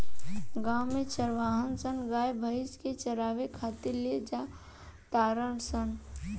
गांव में चारवाहा सन गाय भइस के चारावे खातिर ले जा तारण सन